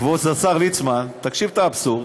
כבוד השר ליצמן, תקשיב לאבסורד,